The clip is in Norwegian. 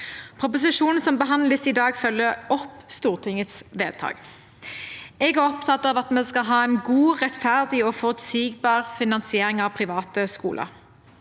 Proposisjonen som behandles i dag, følger opp Stortingets vedtak. Jeg er opptatt av at vi skal ha en god, rettferdig og forutsigbar finansiering av private skoler.